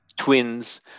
twins